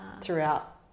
throughout